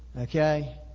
Okay